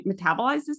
metabolizes